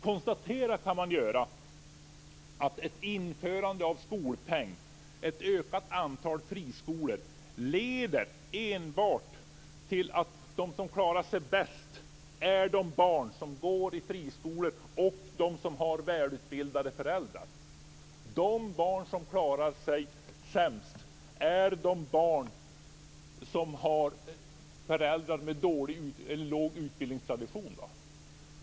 Man kan konstatera att ett införande av skolpeng och ett ökat antal friskolor enbart leder till att de som klarar sig bäst är de barn som går i friskolor och som har välutbildade föräldrar. De som klarar sig sämst är de barn som har föräldrar med låg utbildningstradition.